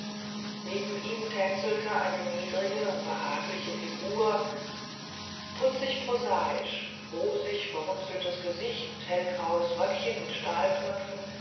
neben ihm tänzelte eine niedrige behagliche figur putzig prosaisch rosig verrunzeltes gesicht hellgraues röckchen mit